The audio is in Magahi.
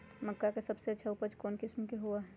मक्का के सबसे अच्छा उपज कौन किस्म के होअ ह?